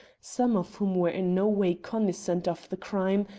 some of whom were in no way cognisant of the crime,